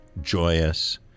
joyous